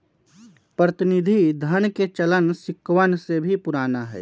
प्रतिनिधि धन के चलन सिक्कवन से भी पुराना हई